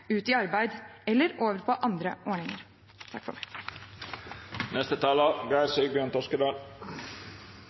ut i arbeid eller over på andre ordninger.